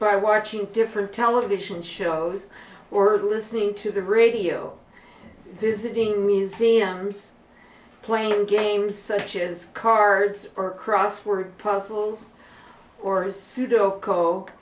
by watching different television shows we're listening to the radio visiting museums playing games such as cards or crossword puzzles or pseudo co